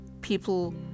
people